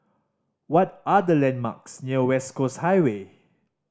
what are the landmarks near West Coast Highway